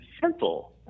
simple